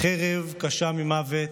"חרב קשה ממוות,